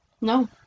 No